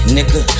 Nigga